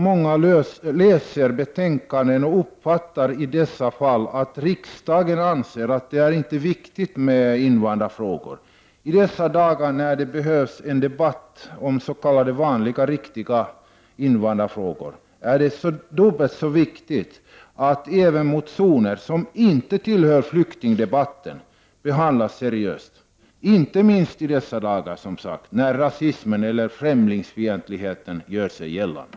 Många läser ju betänkanden och uppfattar att riksdagen inte anser att invandrarfrågor är viktiga. I dessa dagar, när det behövs en debatt om s.k. vanliga, riktiga invandrarfrågor, är det dubbelt så viktigt att även motioner som inte tillhör flyktingdebatten behandlas seriöst. Detta gäller, som sagt, inte minst i dessa dagar när rasismen och främlingsfientligheten gör sig gällande.